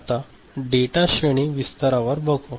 आता डेटा श्रेणी विस्तारावर बघू